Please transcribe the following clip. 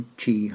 chi